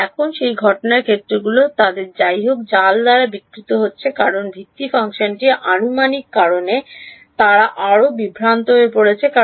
তবে এখন সেই ঘটনা ক্ষেত্রগুলি তাদের যাইহোক জাল দ্বারা বিকৃত হচ্ছে কারণ ভিত্তি ফাংশনটির আনুমানিকতার কারণে তারা আরও বিভ্রান্ত হয়ে পড়েছে